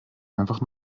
einfach